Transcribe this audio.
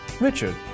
Richard